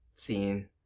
Seeing